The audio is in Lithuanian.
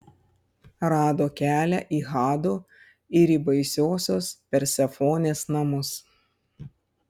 rado kelią į hado ir į baisiosios persefonės namus